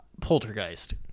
Poltergeist